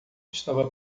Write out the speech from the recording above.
estava